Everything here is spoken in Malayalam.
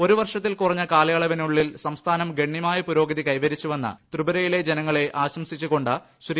ഒരു വർഷത്തിൽ കുറഞ്ഞ കാലയളവിൽ ത്രിപുര സംസ്ഥാനം ഗണ്യമായ പുരോഗതി കൈവരിച്ചുവെന്ന് ത്രിപുരയിലെ ജനങ്ങളെ ആശംസിച്ചുകൊണ്ട് ശ്രീ